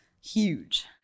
huge